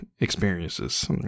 experiences